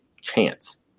chance